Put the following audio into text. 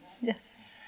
Yes